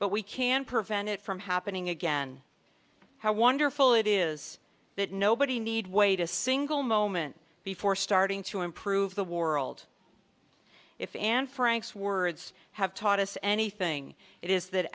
but we can prevent it from happening again how wonderful it is that nobody need wait a single moment before starting to improve the world if anne frank's words have taught us anything it is that